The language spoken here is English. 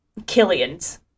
killians